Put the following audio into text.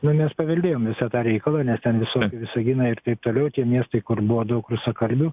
nu mes paveldėjom visą tą reikalą nes ten visa visaginą ir taip toliau tie miestai kur buvo daug rusakalbių